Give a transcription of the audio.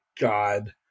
God